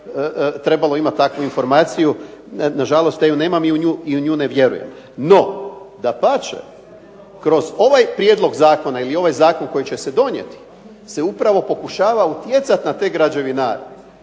trebalo imat takvu informaciju. Nažalost, ja ju nemam i u nju ne vjerujem. No dapače, kroz ovaj prijedlog zakona ili ovaj zakon koji će se donijeti se upravo pokušava utjecat na te građevinare.